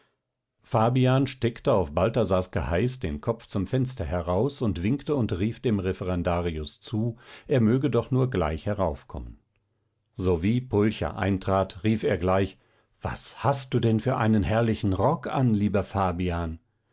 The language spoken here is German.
fabian steckte auf balthasars geheiß den kopf zum fenster heraus und winkte und rief dem referendarius zu er möge doch nur gleich heraufkommen sowie pulcher eintrat rief er gleich was hast du denn für einen herrlichen rock an lieber fabian